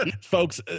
Folks